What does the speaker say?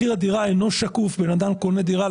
* מחיר הדירה אינו שקוף בן אדם קונה דירה.